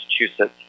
Massachusetts